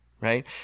right